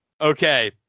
okay